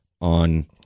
on